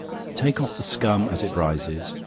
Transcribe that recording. take off the scum as it rises,